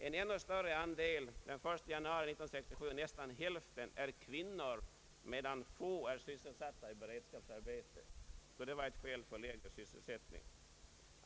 ”En ännu större andel — den 1 januari 1967 nästan hälften — är kvinnor, medan få kvinnor är sysselsatta i beredskapsarbeten.” Skulle detta vara ett skäl för lägre löner?